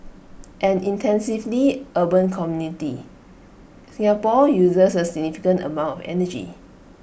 an intensively urban community Singapore uses A significant amount energy